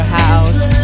house